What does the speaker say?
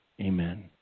Amen